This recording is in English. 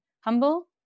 humble